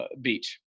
Beach